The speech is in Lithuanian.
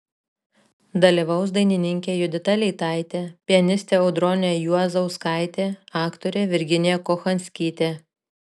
dalyvaus dainininkė judita leitaitė pianistė audronė juozauskaitė aktorė virginija kochanskytė